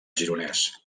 gironès